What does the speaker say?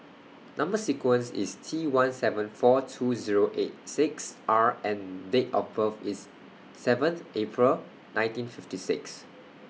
Number sequence IS T one seven four two Zero eight six R and Date of birth IS seventh April nineteen fifty six